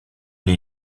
elle